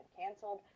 canceled